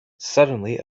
suddenly